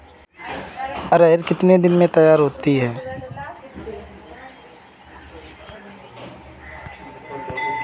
अरहर कितनी दिन में तैयार होती है?